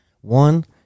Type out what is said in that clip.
one